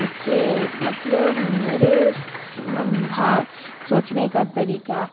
उसके मतलब मेरे भा सोचने का तरीका